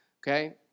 Okay